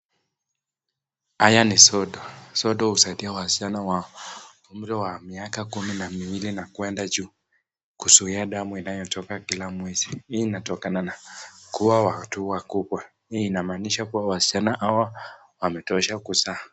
Haya ni soda ,soda husaidia waschana wa miaka kumi na miwili na kuenda juu kuzuia damu inayotoka kila mwezi ,hii inatokana na kuwa wa hatua kubwa hii inamaanisha kuwa waschana hawa wanatosha kuzaa.